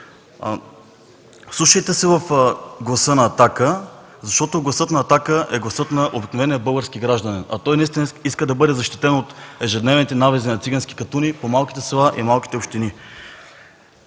Вслушайте се в гласа на „Атака”, защото гласът на „Атака” е гласът на обикновения български гражданин. А той наистина иска да бъде защитен от ежедневните набези на циганските катуни по малките села и малките общини.